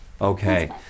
Okay